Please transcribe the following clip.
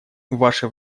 ваше